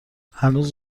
هنوز